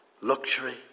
luxury